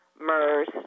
MERS